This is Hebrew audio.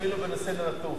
אפילו בנושא נטופה.